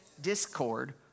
discord